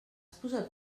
posat